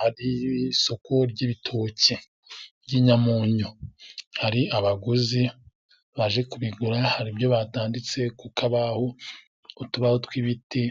Hari isoko ry'ibitoki. Ibitoki by'inyamunyu. Hari abaguzi baje kubigura. Hari ibyo batanditse ku kabaho, utubaho tw'ibiti.